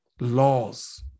laws